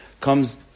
comes